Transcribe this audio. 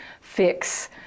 fix